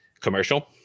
commercial